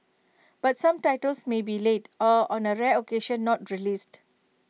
but some titles may be late or on A rare occasion not released